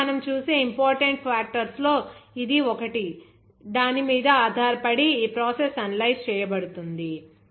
కాబట్టి మనము చూసే ఇంపార్టెంట్ ఫాక్టర్స్ లో ఇది ఒకటి దాని మీద ఆధారపడి ఈ ప్రాసెస్ అనలైజ్ చేయబడుతుంది